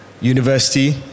university